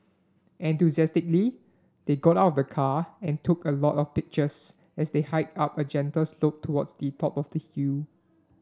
enthusiastically they got out of the car and took a lot of pictures as they hiked up a gentle slope towards the top of the hill